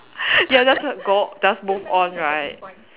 ya just go just move on right